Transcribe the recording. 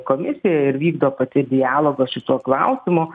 komisiją ir vykdo pati dialogą šituo klausimu